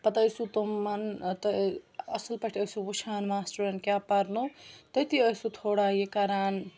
پَتہٕ ٲسِو تِمَن اَصٕل پٲٹھۍ ٲسِو وُچھان ماسٹَرَن کیاہ پَرنوو تٔتی ٲسِو تھوڑا یہِ کَران